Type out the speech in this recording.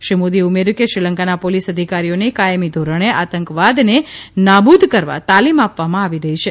શ્રી મોદીએ ઉમેર્યું કે શ્રીલંકાના પોલીસ અધિકારીઓને કાયમી ધોરણે આતંકવાદને નાબુદ કરવા તાલીમ આપવામાં આવી રહી છે